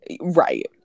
Right